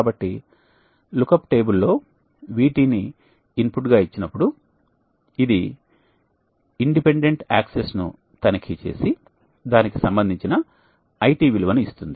కాబట్టి లుక్అప్ టేబుల్లో VT ని ఇన్పుట్గా ఇచ్చినప్పుడు ఇది స్వతంత్ర అక్షాన్ని ను తనిఖీ చేసి దానికి సంబంధించిన IT విలువను ఇస్తుంది